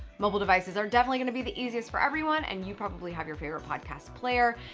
mobile devices are definitely gonna be the easiest for everyone, and you probably have your favorite podcast player.